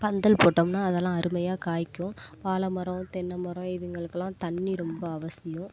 பந்தல் போட்டம்னால் அதெல்லாம் அருமையாக காய்க்கும் வாழை மரம் தென்னை மரம் இதுங்களுக்கெலாம் தண்ணி ரொம்ப அவசியம்